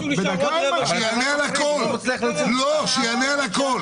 שיגיד שהוא נשאר עוד רבע שעה --- אבל שיענה על הכול.